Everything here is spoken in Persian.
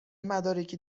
مدارکی